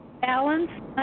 balance